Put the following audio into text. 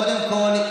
קודם כול,